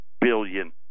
billion